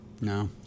No